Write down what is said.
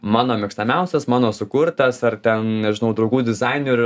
mano mėgstamiausias mano sukurtas ar ten nežinau draugų dizainerių